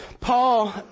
Paul